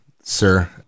sir